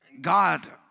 God